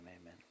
amen